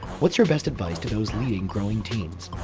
what's your best advice to those leading growing teams?